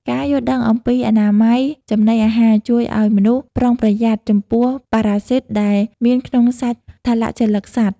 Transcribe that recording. ការយល់ដឹងអំពីអនាម័យចំណីអាហារ ជួយឱ្យមនុស្សប្រុងប្រយ័ត្នចំពោះប៉ារ៉ាស៊ីតដែលមានក្នុងសាច់ថលជលិកសត្វ។